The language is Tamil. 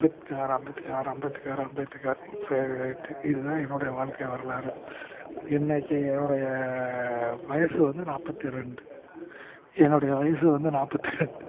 அம்பேத்கார் அம்பேத்கார் அம்பேத்கார் அம்பேத்கார் சரி ரைட்டு இதுதான் என்னுடைய வாழ்க்கை வரலாறு இன்றைக்கி என்னுடைய வயது வந்து நாற்பத்தி ரெண்டு என்னுடைய வயது வந்து நாற்பத்தி ரெண்டு